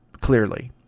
clearly